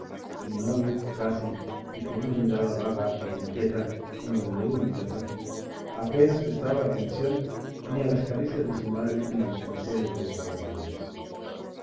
inmóvil casi y con una mirada vaga e inquieta como la de un idiota apenas prestaba atención ni a las caricias de su madre ni a los consuelos de sus servidores